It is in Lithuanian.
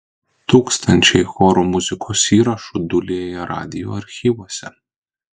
tūkstančiai chorų muzikos įrašų dūlėja radijo archyvuose